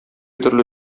төрле